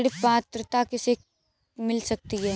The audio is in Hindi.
ऋण पात्रता किसे किसे मिल सकती है?